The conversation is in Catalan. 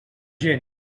gent